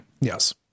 Yes